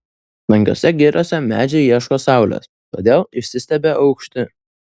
tankiose giriose medžiai ieško saulės todėl išsistiebia aukšti